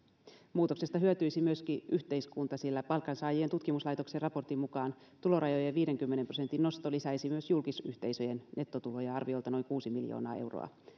muutoksesta hyötyisi myöskin yhteiskunta sillä palkansaajien tutkimuslaitoksen raportin mukaan tulorajojen viidenkymmenen prosentin nosto lisäisi myös julkisyhteisöjen nettotuloja arviolta noin kuusi miljoonaa euroa